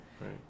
Right